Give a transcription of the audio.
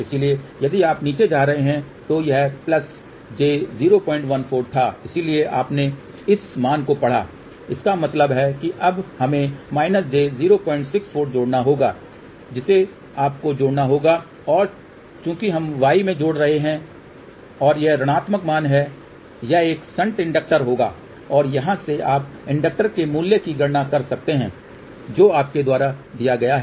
इसलिए यदि आप नीचे जा रहे हैं तो यह j014 था इसलिए आपने इस मान को पढ़ा इसका मतलब है कि अब हमें j064 जोड़ना होगा जिसे आपको जोड़ना होगा और चूंकि हम y में जोड़ रहे हैं और यह ऋणात्मक मान हैं यह एक शंट इंडक्टर होगा और यहां से आप इंडक्टर के मूल्य की गणना कर सकते हैं जो इसके द्वारा दिया गया है